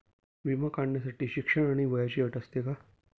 विमा काढण्यासाठी शिक्षण आणि वयाची अट असते का?